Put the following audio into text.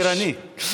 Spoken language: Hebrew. טוב שהייתי ערני.